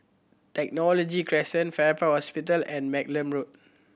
Technology Crescent Farrer Park Hospital and Malcolm Road